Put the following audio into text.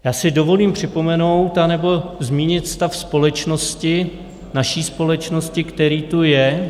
Já si dovolím připomenout anebo zmínit stav společnosti, naší společnosti, který tu je.